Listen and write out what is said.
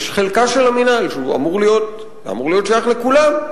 יש חלקה של המינהל שאמור להיות שייך לכולם,